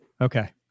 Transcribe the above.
Okay